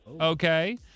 okay